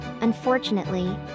unfortunately